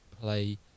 play